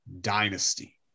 dynasty